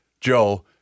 Joe